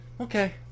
Okay